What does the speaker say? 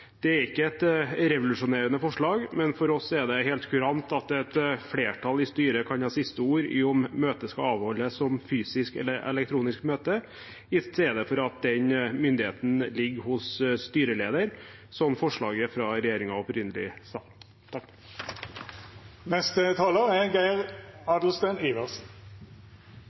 Det er ikke et revolusjonerende forslag, men for oss er det helt kurant at et flertall i styret kan ha siste ord om hvorvidt møtet skal avholdes fysisk eller elektronisk, i stedet for at den myndigheten ligger hos styrelederen, som forslaget fra regjeringen opprinnelig gikk ut på. Det er